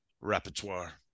repertoire